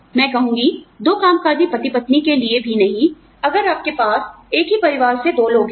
मैं कहूँगी दो कामकाजी पति पत्नी के लिए भी नहीं अगर आपके पास एक ही परिवार से दो लोग हैं